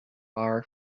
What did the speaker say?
bar